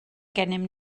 gennym